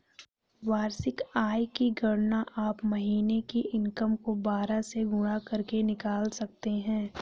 वार्षिक आय की गणना आप महीने की इनकम को बारह से गुणा करके निकाल सकते है